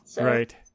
Right